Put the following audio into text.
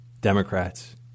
Democrats